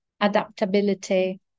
adaptability